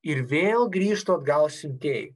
ir vėl grįžta atgal siuntėjui